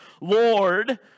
Lord